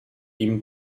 ihm